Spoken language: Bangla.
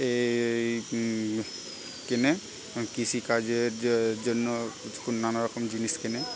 এই কেনে কৃষিকাজের যে জন্য নানা রকম জিনিস কেনে